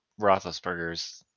Roethlisberger's